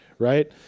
Right